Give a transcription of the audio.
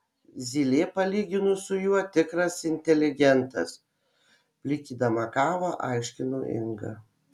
zylė palyginus su juo tikras inteligentas plikydama kavą aiškino inga